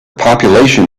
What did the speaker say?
population